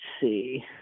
see